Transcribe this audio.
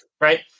right